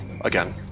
again